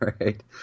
right